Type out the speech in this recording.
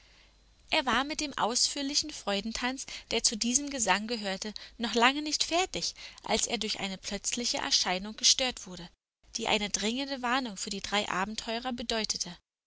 er war mit dem ausführlichen freudentanz der zu diesem gesang gehörte noch lange nicht fertig als er durch eine plötzliche erscheinung gestört wurde die eine dringende warnung für die drei abenteurer bedeutete